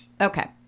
Okay